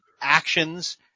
actions